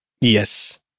Yes